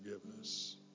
forgiveness